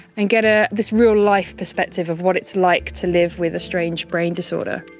and get ah this real-life perspective of what it's like to live with a strange brain disorder.